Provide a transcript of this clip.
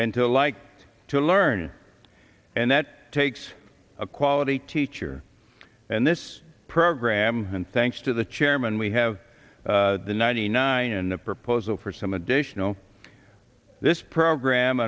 and to like to learn and that takes a quality teacher and this program and thanks to the chairman we have the ninety nine and the proposal for some additional this program